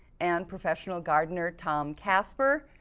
and professional gardener tom kasper.